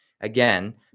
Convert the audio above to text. Again